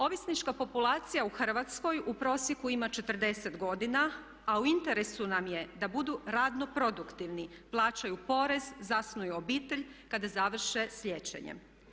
Ovisnička populacija u Hrvatskoj u prosjeku ima 40 godina, a u interesu nam je da budu radno produktivni, plaćaju porez, zasnuju obitelj kada završe s liječenjem.